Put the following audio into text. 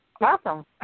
Awesome